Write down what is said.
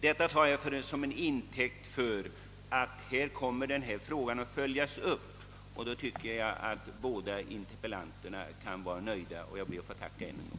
Detta tar jag till intäkt för att frågan kommer att följas upp, och därmed anser jag att båda interpellanterna kan vara nöjda. Jag ber än en gång att få tacka för svaret.